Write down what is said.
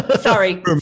sorry